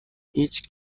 هیچ